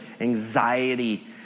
anxiety